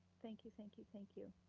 thank you, thank you, thank you.